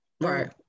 right